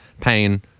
pain